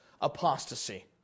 apostasy